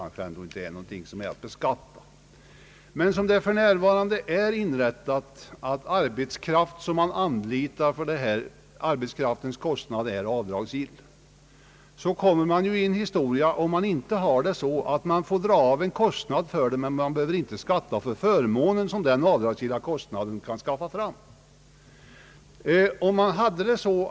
Men eftersom kostnaden för arbetskraft för att skaffa fram veden för närvarande är avdragsgill, går det inte ihop om man får dra av en kostnad för detta men mottagaren av förmånen inte behöver skatta för denna.